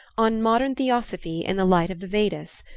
on modern theosophy in the light of the vedas.